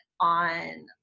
on